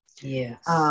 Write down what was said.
Yes